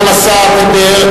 גם השר דיבר,